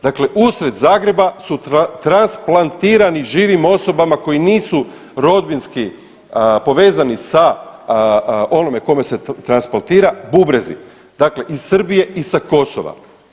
Dakle, usred Zagreba su transplantirani živim osobama koji nisu rodbinski povezani onome kome se transplantira bubrezi dakle, iz Srbije i sa Kosova.